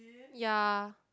ya